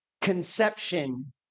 conception